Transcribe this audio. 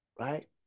right